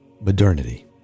modernity